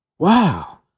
Wow